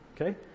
okay